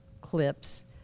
clips